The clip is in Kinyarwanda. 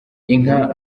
inka